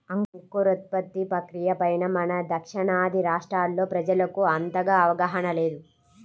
అంకురోత్పత్తి ప్రక్రియ పైన మన దక్షిణాది రాష్ట్రాల్లో ప్రజలకు అంతగా అవగాహన లేదు